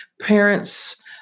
parents